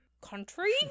country